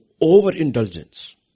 overindulgence